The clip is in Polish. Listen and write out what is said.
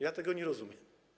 Ja tego nie rozumiem.